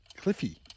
Cliffy